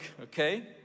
okay